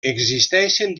existeixen